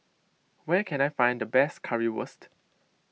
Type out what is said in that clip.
where can I find the best Currywurst